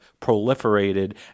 proliferated